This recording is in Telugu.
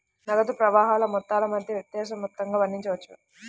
నగదు ప్రవాహాల మొత్తాల మధ్య వ్యత్యాస మొత్తంగా వర్ణించవచ్చు